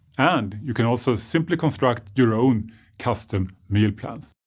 and you can also simply construct your own custom meal plans.